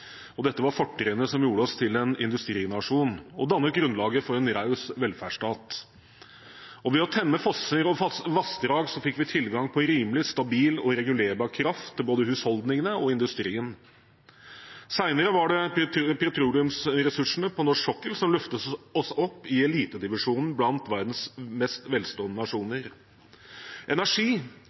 en raus velferdsstat. Ved å temme fosser og vassdrag fikk vi tilgang på rimelig, stabil og regulerbar kraft til både husholdningene og industrien. Senere var det petroleumsressursene på norsk sokkel som løftet oss opp i elitedivisjonen blant verdens mest velstående nasjoner. Energi